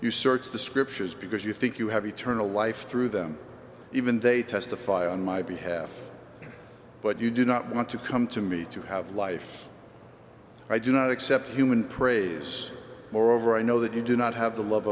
you search the scriptures because you think you have eternal life through them even they testify on my behalf but you do not want to come to me to have life i do not accept human praise moreover i know that you do not have the love